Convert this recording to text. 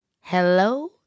Hello